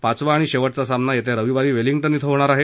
पाचवा आणि शेवटचा सामना येत्या रविवारी वेलिंग्टन क्रे होणार आहे